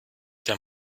der